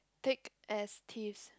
thick as thieves